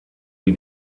wie